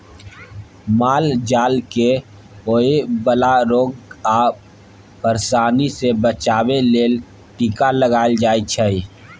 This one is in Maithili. माल जाल केँ होए बला रोग आ परशानी सँ बचाबे लेल टीका लगाएल जाइ छै